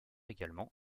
également